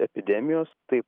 epidemijos tai